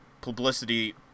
publicity